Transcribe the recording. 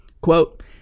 quote